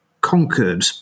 conquered